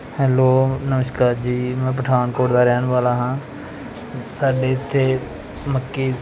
hello ਨਮਸਕਾਰ ਜੀ ਮੈਂ ਪਠਾਨਕੋਟ ਦਾ ਰਹਿਣ ਵਾਲਾ ਹਾਂ ਸਾਡੇ ਇੱਥੇ ਮੱਕੀ